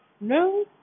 No